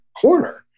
corner